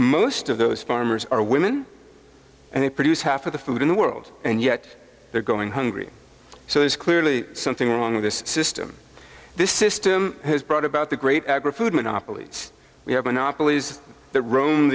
most of those farmers are women and they produce half of the food in the world and yet they're going hungry so there's clearly something wrong with this system this system has brought about the great agra food monopoly we have on our police that ro